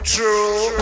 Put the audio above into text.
True